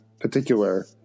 particular